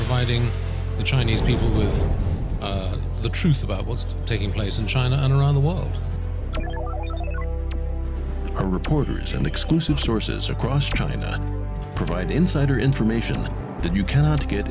hiding the chinese people is the truth about what's taking place in china and around the world are reporters and exclusive sources across china provide insider information that you cannot get